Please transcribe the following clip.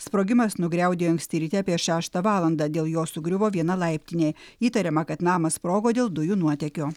sprogimas nugriaudėjo anksti ryte apie šeštą valandą dėl jo sugriuvo viena laiptinė įtariama kad namas sprogo dėl dujų nuotėkio